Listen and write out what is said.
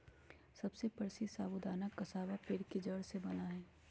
सबसे प्रसीद्ध साबूदाना कसावा पेड़ के जड़ से बना हई